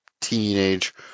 teenage